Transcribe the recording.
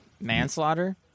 Manslaughter